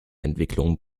entwicklung